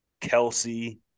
Kelsey